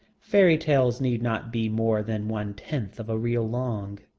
fairy-tales need not be more than one-tenth of a reel long.